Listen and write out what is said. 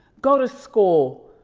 go to school.